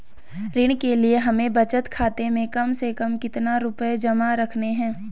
ऋण के लिए हमें बचत खाते में कम से कम कितना रुपये जमा रखने हैं?